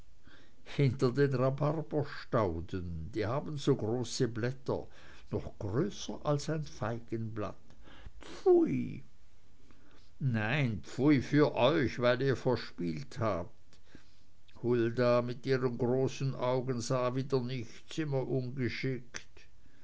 hinter den rhabarberstauden die haben so große blätter noch größer als ein feigenblatt pfui nein pfui für euch weil ihr verspielt habt hulda mit ihren großen augen sah wieder nichts immer ungeschickt